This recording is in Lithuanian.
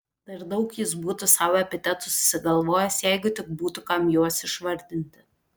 dar daug jis būtų sau epitetų susigalvojęs jeigu tik būtų kam juos išvardinti